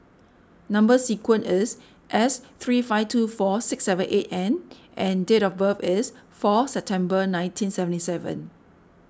Number Sequence is S three five two four six seven eight N and date of birth is four September nineteen seventy seven